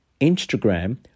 Instagram